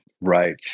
right